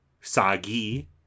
Sagi